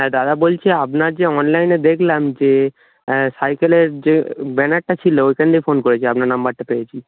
হ্যাঁ দাদা বলছি আপনার যে অনলাইনে দেখলাম যে সাইকেলের যে ব্যানারটা ছিলো ওইটা নিয়ে ফোন করেছি আপনার নম্বরটা পেয়েছি